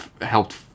helped